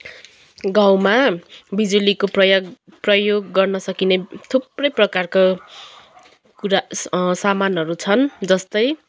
गाउँमा बिजुलीको प्रयग प्रयोग गर्न सकिने थुप्रै प्रकारको कुरा सामानहरू छन् जस्तै